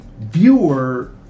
viewer